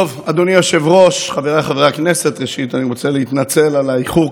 אדוני היושב-ראש, אדוני השר לביטחון לאומי,